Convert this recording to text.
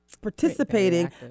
participating